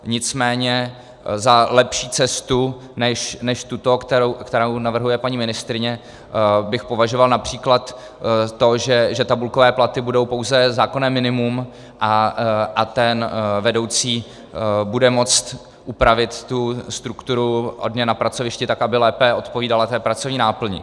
Nicméně za lepší cestu než tuto, kterou navrhuje paní ministryně, bych považoval například to, že tabulkové platy budou pouze zákonné minimum a vedoucí bude moct upravit strukturu odměn na pracovišti tak, aby lépe odpovídala pracovní náplni.